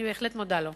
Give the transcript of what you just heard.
אני בהחלט מודה לו.